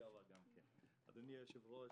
אדוני היושב-ראש,